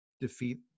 defeat